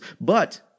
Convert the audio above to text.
But